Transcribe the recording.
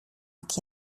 jak